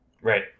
Right